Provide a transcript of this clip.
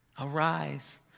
arise